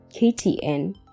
KTN